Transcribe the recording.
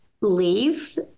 leave